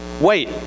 wait